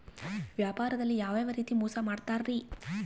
ವ್ಯಾಪಾರದಲ್ಲಿ ಯಾವ್ಯಾವ ರೇತಿ ಮೋಸ ಮಾಡ್ತಾರ್ರಿ?